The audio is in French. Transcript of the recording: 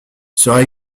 sera